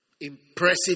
Impressive